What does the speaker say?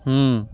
ହୁଁ